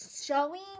showing